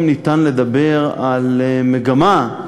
אם ניתן לדבר על מגמה,